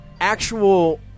actual